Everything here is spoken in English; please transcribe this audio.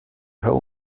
hill